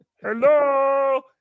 Hello